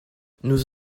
nous